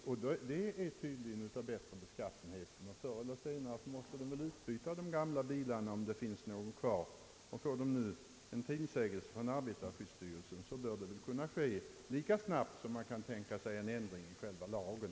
Förr eller senare måste arbetsgivarna byta ut de gamla bilarna, och får de nu en tillsägelse från arbetarskyddsstyrelsen så bör det kunna ske lika snabbt som man kan tänka sig en ändring i själva lagen.